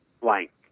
blank